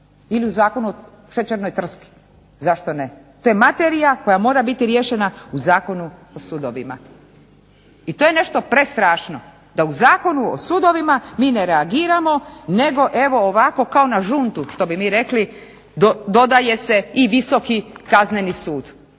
Ili zakon o šećernoj trski, zašto ne. To je materija koja mora biti riješena u Zakonu o sudovima. I to je nešto prestrašno da u Zakonu o sudovima mi ne reagiramo nego evo ovako kao na žuntu što bi mi rekli dodaje se i Visoki kazneni sud,